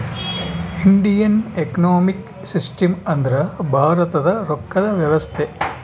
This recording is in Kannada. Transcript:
ಇಂಡಿಯನ್ ಎಕನೊಮಿಕ್ ಸಿಸ್ಟಮ್ ಅಂದ್ರ ಭಾರತದ ರೊಕ್ಕದ ವ್ಯವಸ್ತೆ